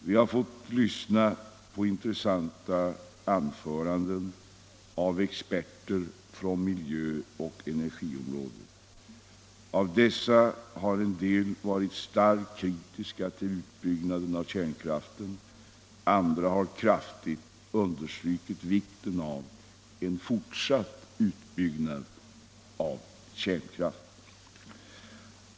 Vi har fått lyssna till intressanta anföranden av experter från miljöoch energiområdet. Av dessa har en del varit starkt kritiska till utbyggnaden av kärnkraften, andra har kraftigt understrukit vikten av en fortsatt utbyggnad av kärnkraften.